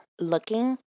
looking